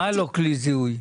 מה לא כלי זיהוי?